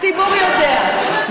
הציבור יודע.